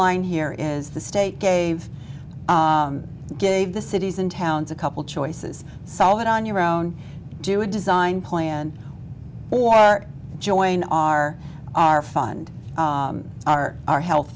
line here is the state gave gave the cities and towns a couple choices solve it on your own do a design plan or join our our fund our our health